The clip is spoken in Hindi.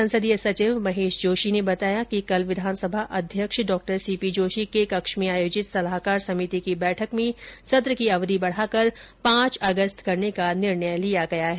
संसदीय सचिव महेश जोशी ने बताया कि कल विधानसभा अध्यक्ष डॉ सी पी जोशी के कक्ष में आयोजित सलाहकार समिति की बैठक में सत्र की अवधि बढाकर पांच अगस्त करने का निर्णय लिया गया है